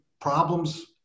problems